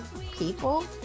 people